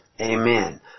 amen